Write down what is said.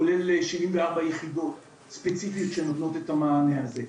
כולל שבעים וארבע יחידות ספציפיות שנותנות את המענה הזה.